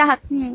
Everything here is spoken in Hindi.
ग्राहक हम्म